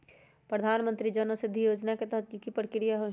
प्रधानमंत्री जन औषधि योजना के तहत की की प्रक्रिया होई?